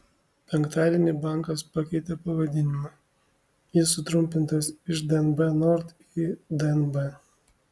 penktadienį bankas pakeitė pavadinimą jis sutrumpintas iš dnb nord į dnb